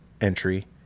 entry